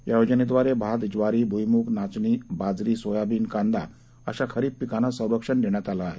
या योजनेद्वारे भात ज्वारी भुईमूग नाचनी बाजरी सोयाबिन कांदा अशा खरीप पिकांना संरक्षण देण्यात आलं आहे